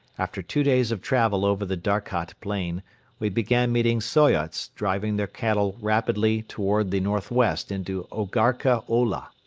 after two days of travel over the darkhat plain we began meeting soyots driving their cattle rapidly toward the northwest into orgarkha ola.